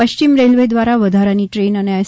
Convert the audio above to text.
પશ્ચિમ રેલવે દ્વારા વધારાની ટ્રેન તેમજ એસ